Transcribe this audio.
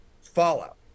fallout